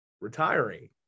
retiring